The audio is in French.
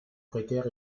précaire